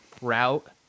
route